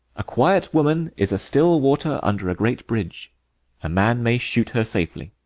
a quiet woman is a still water under a great bridge a man may shoot her safely.